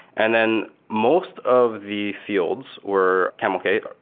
and then most of the fields were camelcase.